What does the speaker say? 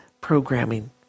programming